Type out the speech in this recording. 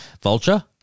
Vulture